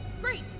Great